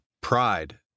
Pride